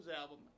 album